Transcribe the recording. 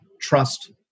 trust